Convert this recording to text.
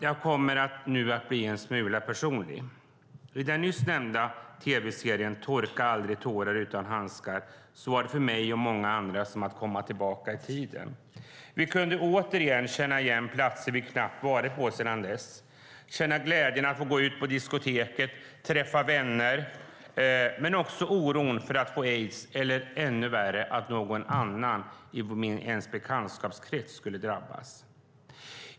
Jag kommer nu att bli en smula personlig. I den nyss nämnda tv-serien Torka aldrig tårar utan handskar var det för mig och många andra som att komma tillbaka i tiden. Vi kunde återigen känna igen platser som vi knappt varit på sedan dess, känna glädjen att få gå ut på diskotek, träffa vänner men också oron att få aids, men ännu värre att någon annan i ens bekantskapskrets skulle drabbas.